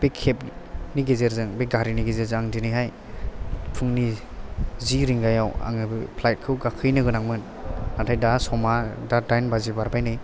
बे खेबनि गेजेरजों बे गारिनि गेजेरजों आं दिनैहाय फुंनि जि रिंगायाव आङो फ्लाइथ खौ गाखोहैनो गोनांमोन नाथाय दा समा दा दाइन बाजि बारबाय नै